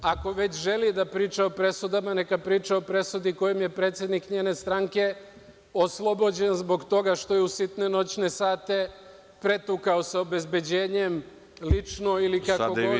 Ako već želi da priča o presudama, neka priča o presudi kojom je predsednik njene stranke oslobođen zbog toga što je u sitne noćne sate sa obezbeđenjem, lično ili kako god, pretukao čoveka.